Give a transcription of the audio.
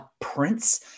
prince